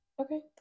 Okay